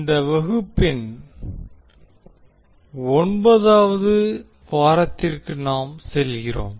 இந்த வகுப்பின் ஒன்பதாவது வாரத்திற்கு நாம் செல்கிறோம்